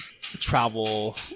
travel